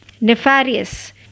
Nefarious